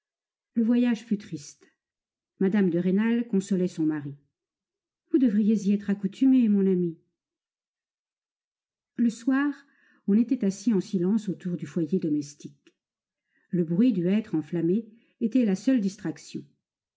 le voyage fut triste mme de rênal consolait son mari vous devriez y être accoutumé mon ami le soir on était assis en silence autour du foyer domestique le bruit du hêtre enflammé était la seule distraction